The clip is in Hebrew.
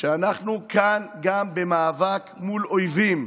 את זה שאנחנו כאן גם במאבק מול אויבים.